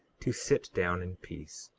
to sit down in peace.